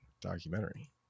documentary